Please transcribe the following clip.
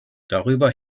darüber